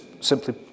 simply